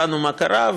הבנו מה קרה,